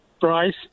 Bryce